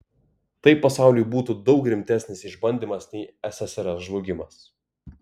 tai pasauliui būtų daug rimtesnis išbandymas nei ssrs žlugimas